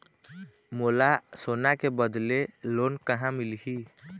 मोला सोना के बदले लोन कहां मिलही?